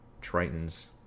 tritons